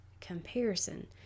comparison